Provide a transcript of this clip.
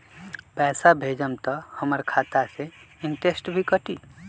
पैसा भेजम त हमर खाता से इनटेशट भी कटी?